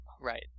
Right